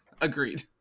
Agreed